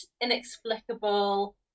inexplicable